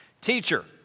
Teacher